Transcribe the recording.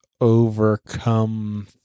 overcome